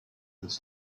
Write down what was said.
this